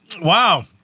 Wow